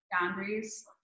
boundaries